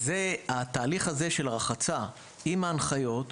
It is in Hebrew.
התהליך הזה של הרחצה עם ההנחיות,